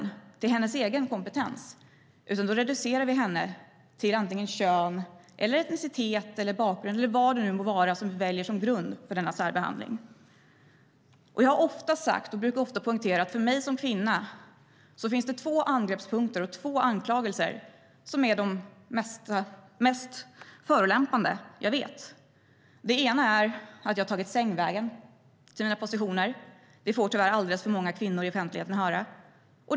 Då ser vi inte hennes egen kompetens utan reducerar henne till antingen ett kön, en etnicitet, en bakgrund eller vad det nu må vara vi väljer som grund för särbehandlingen. Jag har ofta sagt och brukar ofta poängtera att det för mig som kvinna finns två angreppspunkter och två anklagelser som är de mest förolämpande jag vet. Den ena är att jag har tagit sängvägen till mina positioner, vilket tyvärr alldeles för många kvinnor i offentligheten får höra.